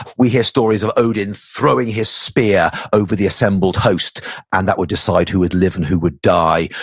we hear stories of odin throwing his spear over the assembled host and that would decide who would live and who would die.